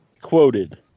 Quoted